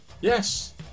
Yes